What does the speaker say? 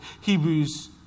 Hebrews